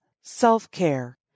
self-care